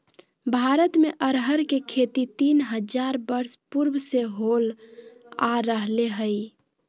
भारत में अरहर के खेती तीन हजार वर्ष पूर्व से होल आ रहले हइ